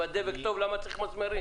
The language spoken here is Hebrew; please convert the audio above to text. אם הדבק טוב, למה צריך מסמרים?